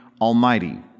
Almighty